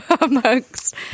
amongst